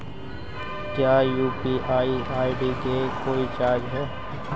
क्या UPI ID के लिए कोई चार्ज है?